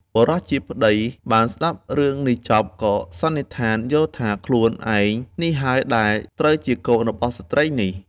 បុរសជាប្ដីបានស្តាប់រឿងនេះចប់ ក៏សន្និដ្ឋានយល់ថា គឺខ្លួនឯងនេះហើយដែលត្រូវជាកូនរបស់ស្រ្តីនេះ។